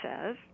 says